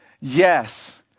Yes